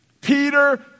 Peter